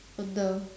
on the